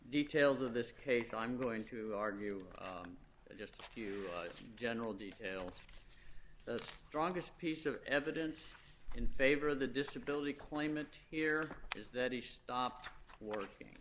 details of this case i'm going to argue just a few general details strongest piece of evidence in favor of the disability claimant here is that he stopped working